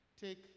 take